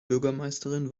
bürgermeisterin